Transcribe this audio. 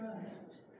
trust